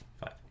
five